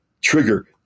trigger